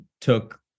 took